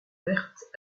verte